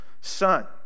Son